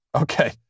Okay